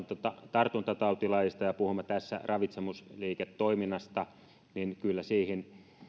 tartuntatautilaista ja puhumme tässä ravitsemusliiketoiminnasta niin kyllä siihen